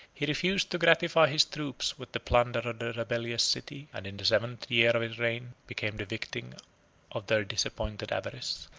he refused to gratify his troops with the plunder of the rebellious city and in the seventh year of his reign, became the victim of their disappointed avarice.